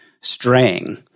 straying